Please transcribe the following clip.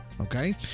Okay